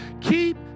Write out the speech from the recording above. keep